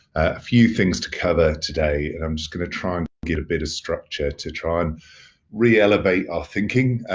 a few things to cover today and i'm just gonna try and get a bit of structure to try and re-elevate our thinking.